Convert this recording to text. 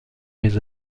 mes